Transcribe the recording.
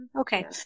Okay